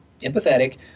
empathetic